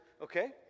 okay